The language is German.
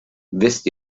wisst